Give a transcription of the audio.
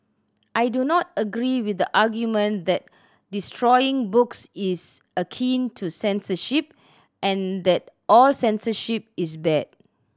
I do not agree with the argument that destroying books is akin to censorship and that all censorship is bad